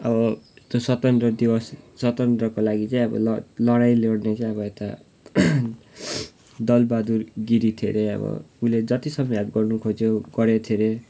अब स्वतन्त्र दिवस स्वतन्त्रको लागि चाहिँ अब लड लडाइँ लड्ने चाहिँ अब यता दलबहादुर गिरी थियो अरे अब उसले जतिसम्म हेल्प गर्नु खोज्यो गरेको थियो अरे